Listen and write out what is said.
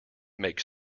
make